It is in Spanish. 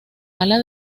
ala